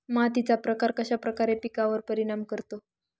मातीचा प्रकार कश्याप्रकारे पिकांवर परिणाम करतो?